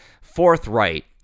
forthright